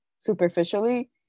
superficially